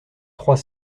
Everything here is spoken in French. trois